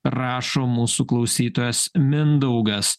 rašo mūsų klausytojas mindaugas